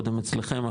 קודם אצלכם,